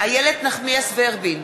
איילת נחמיאס ורבין,